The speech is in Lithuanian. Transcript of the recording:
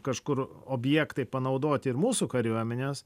kažkur objektai panaudoti ir mūsų kariuomenės